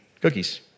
cookies